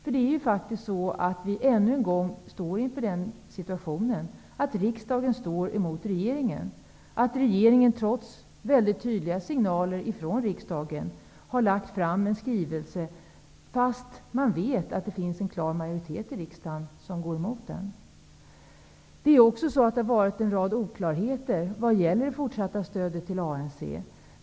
Nu står vi ju ännu en gång inför den situationen att riksdagen går emot regeringen. Regeringen har trots mycket tydliga signaler från riksdagen lagt fram en skrivelse fast man vet att det finns en klar majoritet i riksdagen som går emot den. Det har också funnits en rad oklarheter vad gäller det fortsatta stödet till ANC.